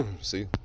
See